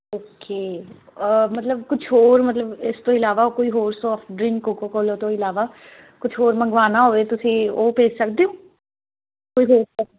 okay ਮਤਲਬ ਕੁਛ ਹੋਰ ਮਤਲਬ ਇਸ ਤੋਂ ਇਲਾਵਾ ਕੋਈ ਹੋਰ ਸੌਫਟ ਡਰਿੰਕ ਕੋਕਾ ਕੋਲਾ ਤੋਂ ਇਲਾਵਾ ਕੁਛ ਹੋਰ ਮੰਗਵਾਉਣਾ ਹੋਵੇ ਤੁਸੀਂ ਉਹ ਭੇਜ ਸਕਦੇ ਹੋ ਕੋਈ ਹੋਰ